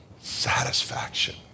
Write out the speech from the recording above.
satisfaction